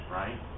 right